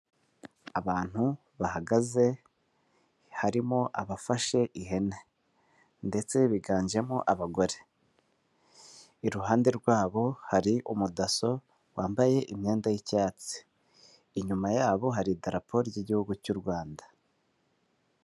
Abantu bahagaze harimo abafashe ihene ndetse biganjemo abagore. Iruhande rwabo hari umudaso wambaye imyenda y'icyatsi. Inyuma yabo hari idarapo ry'igihugu cy'u Rwanda.